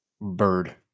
Bird